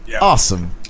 Awesome